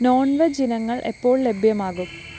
non veg ഇനങ്ങൾ എപ്പോൾ ലഭ്യമാകും